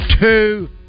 two